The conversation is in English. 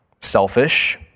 selfish